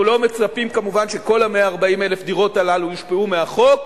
אנחנו לא מצפים כמובן שכל 140,000 הדירות האלה יושפעו מהחוק,